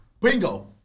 Bingo